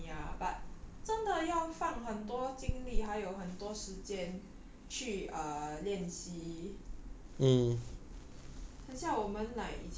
okay lah actually gaming is a good avenue to earn money ah but 真的要放很多精力还有很多时间去 err 练习